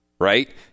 right